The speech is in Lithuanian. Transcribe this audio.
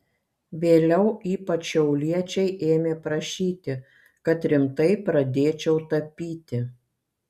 vėliau ypač šiauliečiai ėmė prašyti kad rimtai pradėčiau tapyti